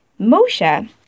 Moshe